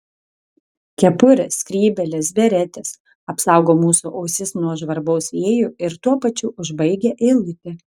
kepurės skrybėlės beretės apsaugo mūsų ausis nuo žvarbaus vėjo ir tuo pačiu užbaigia eilutę